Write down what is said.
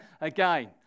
again